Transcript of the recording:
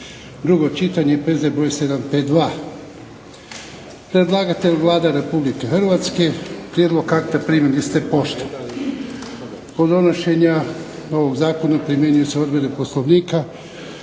drugo čitanje, P.Z. br. 752. Predlagatelj Vlada Republike Hrvatske prijedlog akta primili ste poštom. Kod donošenja ovog Zakona primjenjuju se odredbe poslovnika